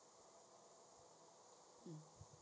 mm